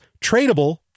tradable